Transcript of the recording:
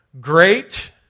great